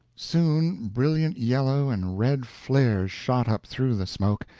soon brilliant yellow and red flares shot up through the smoke,